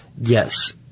Yes